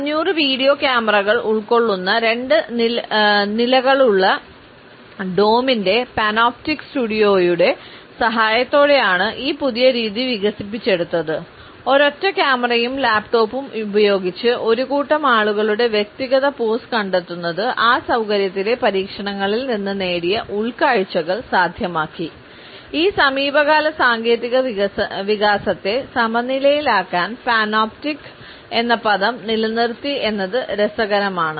500 video ക്യാമറകൾ ഉൾക്കൊള്ളുന്ന രണ്ട് നിലകളുള്ള ഡോമിൻറെ എന്ന പദം നിലനിർത്തി എന്നത് രസകരമാണ്